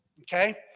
okay